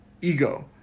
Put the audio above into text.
ego